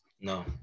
no